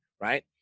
right